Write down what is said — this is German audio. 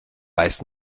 weiß